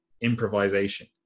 improvisation